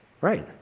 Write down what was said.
Right